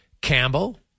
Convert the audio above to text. Campbell